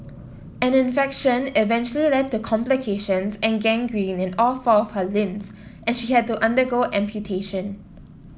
an infection eventually led to complications and gangrene in all four of her limbs and she had to undergo amputation